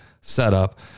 setup